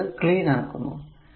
ഞാൻ ഇത് ക്ലീൻ ആക്കുന്നു